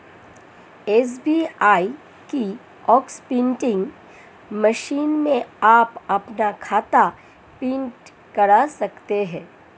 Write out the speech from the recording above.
SBI kiosk printing machine में आप अपना खाता प्रिंट करा सकते हैं